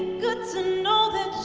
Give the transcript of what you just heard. good to know that